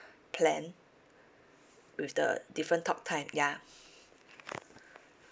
plan with the different talk time ya